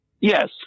Yes